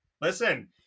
Listen